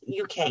UK